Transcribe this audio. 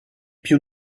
più